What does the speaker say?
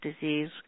disease